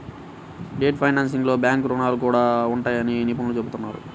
debt ఫైనాన్సింగ్లో bank రుణాలు కూడా ఉంటాయని నిపుణులు చెబుతున్నారు